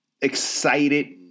excited